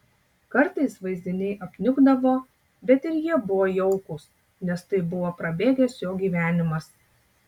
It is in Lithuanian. kartais vaizdiniai apniukdavo bet ir jie buvo jaukūs nes tai buvo prabėgęs jo gyvenimas